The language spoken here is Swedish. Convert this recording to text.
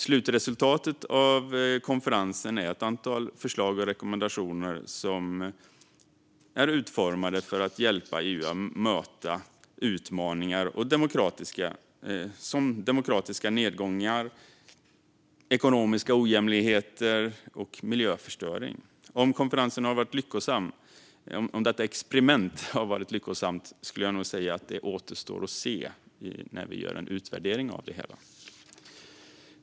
Slutresultatet av konferensen är ett antal förslag och rekommendationer som är utformade för att hjälpa EU att möta utmaningar som demokratiska nedgångar, ekonomiska ojämlikheter och miljöförstöring. Om detta experiment har varit lyckosamt återstår att se när vi gör en utvärdering av det hela.